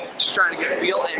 just trying to get a feel